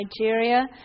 Nigeria